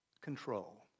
control